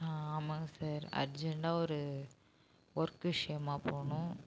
ஆமாங்க சார் அர்ஜெண்டாக ஒரு ஒர்க் விஷயமாக போகணும்